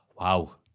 wow